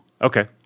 Okay